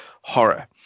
horror